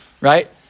right